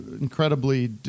incredibly